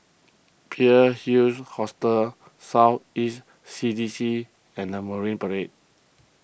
Pearl's Hill Hostel South East C D C and the Marine Parade